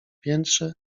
piętrze